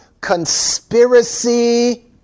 conspiracy